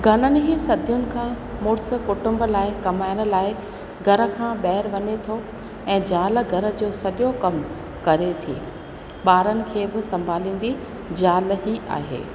घणनि ई सदियुनि खां मुड़ुस कुटुंब लाइ कमाइण लाइ घर खां ॿाहिरि वञे थो ऐं ज़ाल घर जो सॼो कमु करे थी ॿारनि खे बि संभालींदी ज़ाल ई आहे